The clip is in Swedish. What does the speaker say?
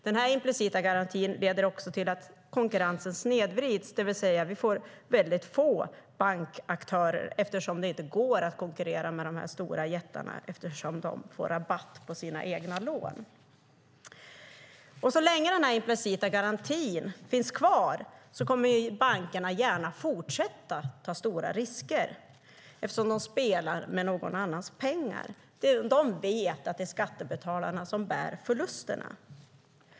Den implicita garantin leder också till att konkurrensen snedvrids, det vill säga vi får väldigt få bankaktörer, eftersom det inte går att konkurrera med de stora jättarna, när de får rabatt på sina egna lån. Så länge den implicita garantin finns kvar kommer bankerna gärna att fortsätta att ta stora risker, eftersom de spelar med någon annans pengar. De vet att det är skattebetalarna som bär förlusterna.